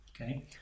Okay